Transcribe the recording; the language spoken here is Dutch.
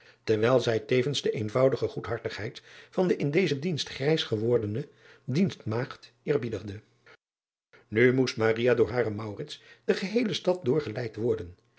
terwijl zij tevens de eenvoudige goedhartigheid van de in dezen dienst grijs gewordene dienstmaagd eerbiedigde u moest door haren de geheele stad doorgeleid worden